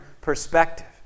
perspective